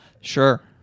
Sure